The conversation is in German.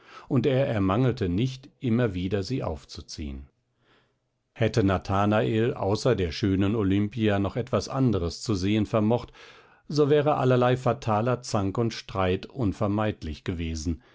und er ermangelte nicht immer wieder sie aufzuziehen hätte nathanael außer der schönen olimpia noch etwas andres zu sehen vermocht so wäre allerlei fataler zank und streit unvermeidlich gewesen